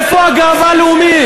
איפה הגאווה הלאומית?